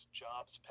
jobs